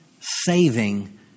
saving